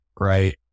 right